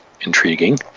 intriguing